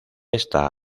esta